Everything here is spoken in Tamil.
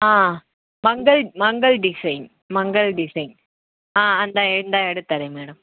ஆ மங்கள் மங்கள் டிசைன் மங்கள் டிசைன் ஆ அந்த இந்த எடுத்துதர்றேன் மேடம்